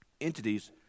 entities